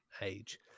age